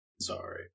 Sorry